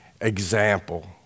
example